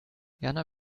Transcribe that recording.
jana